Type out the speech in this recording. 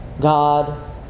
God